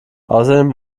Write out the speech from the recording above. außerdem